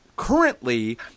currently